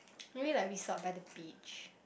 maybe like resort by the beach